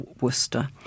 Worcester